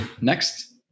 next